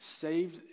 saved